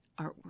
artwork